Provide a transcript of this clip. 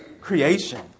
creation